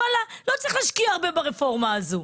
וואלה, לא צריך להשקיע הרבה ברפורמה הזו.